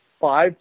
five